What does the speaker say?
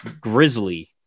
Grizzly